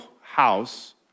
house